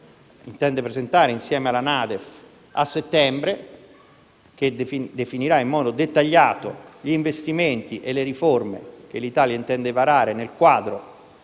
Nota di aggiornamento al DEF (NADEF) a settembre, che definirà in modo dettagliato gli investimenti e le riforme che l'Italia intende varare nel quadro